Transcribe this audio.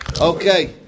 Okay